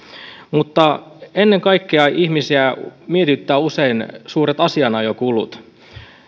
mutta ennen kaikkea ihmisiä mietityttää usein suuret asianajokulut